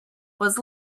was